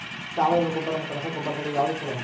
ಸಾವಯವ ಗೊಬ್ಬರ ಮತ್ತ ರಸಗೊಬ್ಬರದಾಗ ಯಾವದು ಛಲೋ?